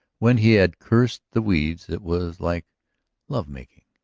when he had cursed the weeds it was like love-making.